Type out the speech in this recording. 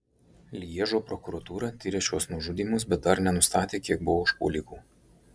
lježo prokuratūra tiria šiuos nužudymus bet dar nenustatė kiek buvo užpuolikų